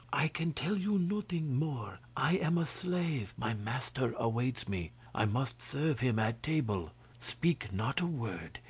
i can tell you nothing more i am a slave, my master awaits me, i must serve him at table speak not a word,